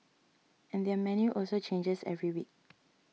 and their menu also changes every week